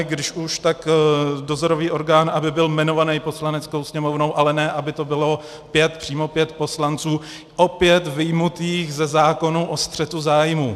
Když už, tak aby dozorový orgán byl jmenován Poslaneckou sněmovnou, ale ne aby to bylo přímo pět poslanců opět vyjmutých ze zákona o střetu zájmů.